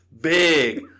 big